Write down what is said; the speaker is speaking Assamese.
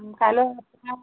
কাইলৈ